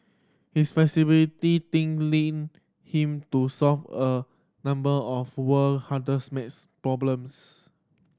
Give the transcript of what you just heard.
his flexible thinking led him to solve a number of world hardest maths problems